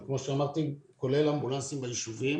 וכמו שאמרתי כולל אמבולנסים בישובים